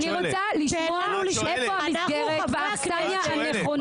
אני רוצה לשמוע איפה המסגרת והאכסנייה הנכונה.